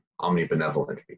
omnibenevolent